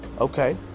Okay